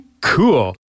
cool